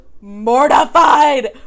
mortified